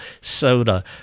soda